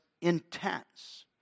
intense